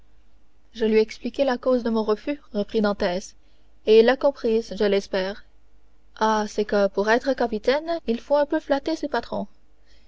je lui ai expliqué la cause de mon refus reprit dantès et il l'a comprise je l'espère ah c'est que pour être capitaine il faut un peu flatter ses patrons